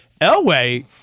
Elway